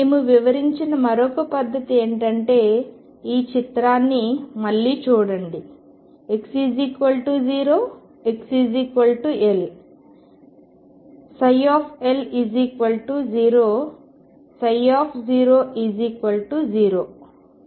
మేము వివరించిన మరొక పద్ధతి ఏమిటంటే ఈ చిత్రాన్ని మళ్లీ చూడండి x0 xL L0 00